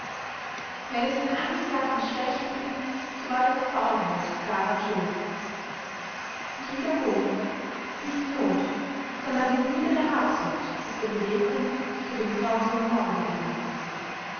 wenn es den angeklagten schlecht ging so war ihre faulheit daran schuld ich wiederhole nicht die not sondern die niedere habsucht ist der beweggrund zu dem grausigen morde gewesen